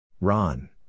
Ron